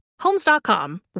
Homes.com